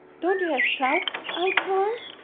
don't you hear shouts outside.